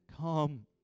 come